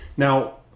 Now